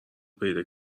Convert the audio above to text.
پیدا